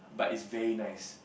but is very nice